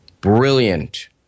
brilliant